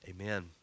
Amen